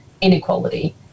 inequality